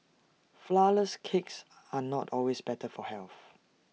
Flourless Cakes are not always better for health